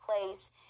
place